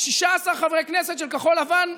16 חברי כנסת של כחול לבן?